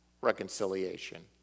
reconciliation